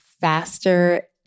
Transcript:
faster